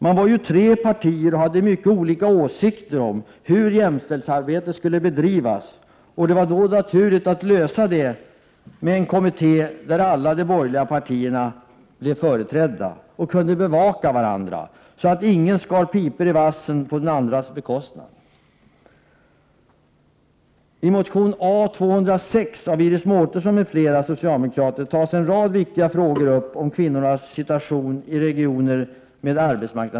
Man var ju tre partier med mycket olika åsikter hur jämställdsarbetet skulle bedrivas, och det var då naturligt att lösa detta med en kommitté där alla de borgerliga partierna blev företrädda och kunde bevaka varandra, så att ingen skar pipor i vassen på den andres bekostnad.